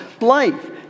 life